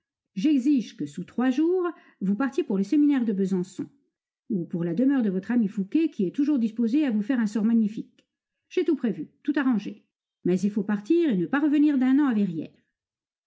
j'exige que sous trois jours vous partiez pour le séminaire de besançon ou pour la demeure de votre ami fouqué qui est toujours disposé à vous faire un sort magnifique j'ai tout prévu tout arrangé mais il faut partir et ne pas revenir d'un an à verrières